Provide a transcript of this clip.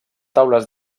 taules